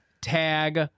tag